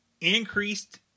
Increased